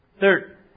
Third